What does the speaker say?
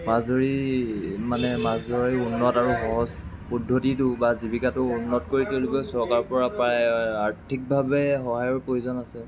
মাছ ধৰি মানে মাছ ধৰি উন্নত আৰু সহজ পদ্ধতিটো বা জীৱিকাটো উন্নত কৰি তুলিবলৈ চৰকাৰৰ পৰা প্ৰায় আৰ্থিকভাৱে সহায়ৰ প্ৰয়োজন আছে